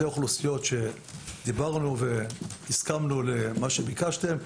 אוכלוסיות שעליהן דיברנו והסכמנו למה שביקשתם: